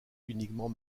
uniquement